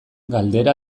galdera